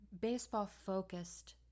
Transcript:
baseball-focused